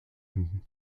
him